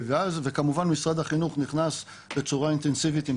וכמובן משרד החינוך נכנס בצורה אינטנסיבית עם